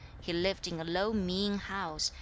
he lived in a low mean house,